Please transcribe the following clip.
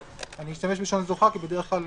אשתמש בלשון זוכה כי בדרך כלל